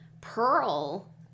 pearl